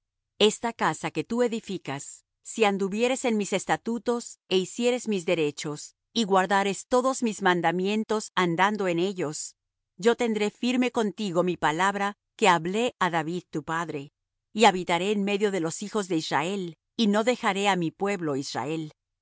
esta casa que tú edificas si anduvieres en mis estatutos é hicieres mis derechos y guardares todos mis mandamientos andando en ellos yo tendré firme contigo mi palabra que hablé á david tu padre y habitaré en medio de los hijos de israel y no dejaré á mi pueblo israel